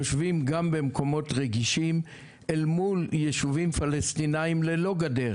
יושבים גם במקומות רגישים אל מול יישובים פלסטינים ללא גדר,